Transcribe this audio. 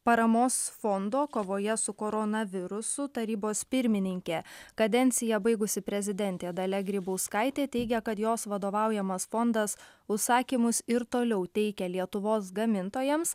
paramos fondo kovoje su koronavirusu tarybos pirmininkė kadenciją baigusi prezidentė dalia grybauskaitė teigia kad jos vadovaujamas fondas užsakymus ir toliau teikia lietuvos gamintojams